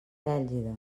bèlgida